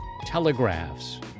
telegraphs